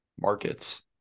markets